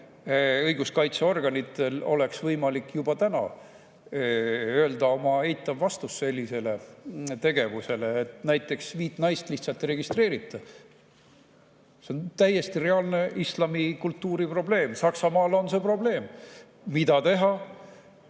õiguskaitseorganitel oleks võimalik juba täna öelda oma eitav vastus sellisele tegevusele. Näiteks, et viit naist lihtsalt ei registreerita. See on täiesti reaalne islami kultuuriga [kaasnev] probleem. Saksamaal on see probleem. Mida teha?